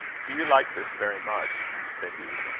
do you like this very much? said he.